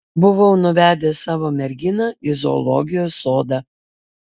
buvau nuvedęs savo merginą į zoologijos sodą